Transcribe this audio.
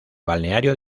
balneario